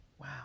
Wow